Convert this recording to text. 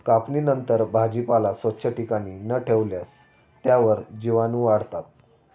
कापणीनंतर भाजीपाला स्वच्छ ठिकाणी न ठेवल्यास त्यावर जीवाणूवाढतात